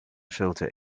filter